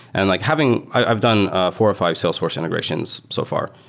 and like having i have done four or five salesforce integrations so far,